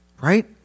Right